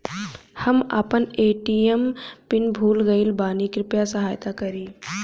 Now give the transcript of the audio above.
हम आपन ATM PIN भूल गईल बानी कृपया सहायता करी